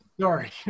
Sorry